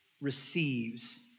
receives